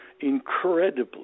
incredibly